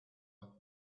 off